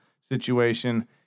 situation